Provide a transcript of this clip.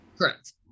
Correct